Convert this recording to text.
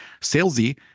salesy